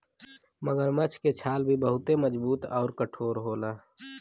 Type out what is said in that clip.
मगरमच्छ के छाल भी बहुते मजबूत आउर कठोर होला